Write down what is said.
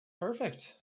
perfect